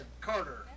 Carter